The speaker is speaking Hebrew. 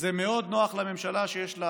אז זה מאוד נוח לממשלה שיש לה